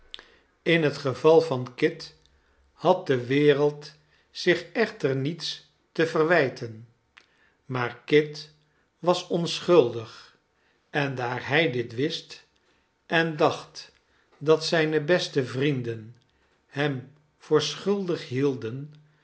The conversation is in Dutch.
in het geval van kit had de wereld zich echter niets te verwijten maar kit was onschuldig en daar hij dit wist en dacht dat zijne beste vrienden hem voor schuldig hielden